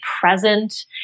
present